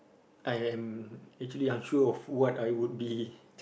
I am actually unsure of what I would be